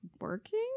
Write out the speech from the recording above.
working